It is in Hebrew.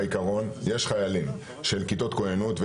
בעיקרון יש חיילים של כיתות כוננות.